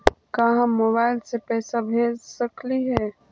का हम मोबाईल से पैसा भेज सकली हे?